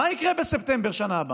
מה יקרה בספטמבר בשנה הבאה?